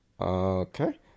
okay